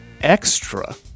extra